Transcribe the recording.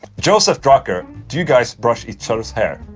joseph drucker do you guys brush each other's hair?